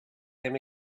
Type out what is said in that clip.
him